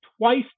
twice